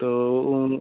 तो उन